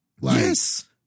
Yes